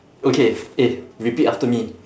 okay eh repeat after me